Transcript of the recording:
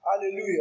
Hallelujah